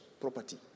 property